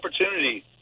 opportunity